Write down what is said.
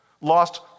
lost